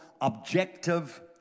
objective